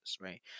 right